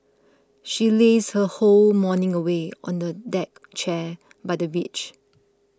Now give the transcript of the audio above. she lazed her whole morning away on a deck chair by the beach